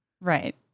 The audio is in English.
Right